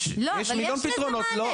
יש מיליון פתרונות.